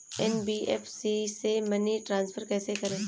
NBFC से money transfer कैसे करें?